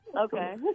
Okay